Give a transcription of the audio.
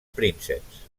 prínceps